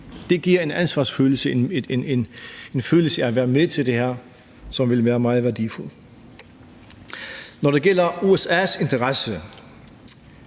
Det giver en ansvarsfølelse, en følelse af at være med til det her, som vil være meget værdifuld. Når det gælder USA's interesse